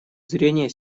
зрения